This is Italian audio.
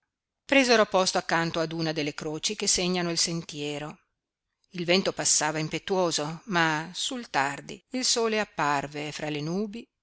presero posto accanto ad una delle croci che segnano il sentiero il vento passava impetuoso ma sul tardi il sole apparve fra le nubi